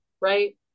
right